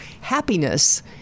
happiness